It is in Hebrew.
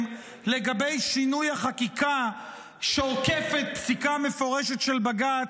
לגבי שינוי החקיקה שעוקפת פסיקה מפורשת של בג"ץ,